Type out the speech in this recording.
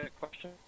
question